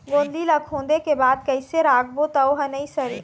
गोंदली ला खोदे के बाद कइसे राखबो त ओहर नई सरे?